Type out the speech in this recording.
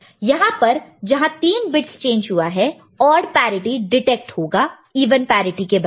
तो यहां पर जहां 3 बिट्स चेंज हुआ है ऑड पैरिटि डिटेक्ट होगा इवन पैरिटि के बदले